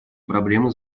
проблемы